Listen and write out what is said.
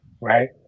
right